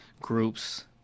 groups